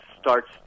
starts